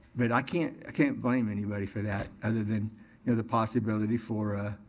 but i can't can't blame anybody for that other than you know the possibility for,